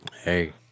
Hey